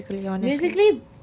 musically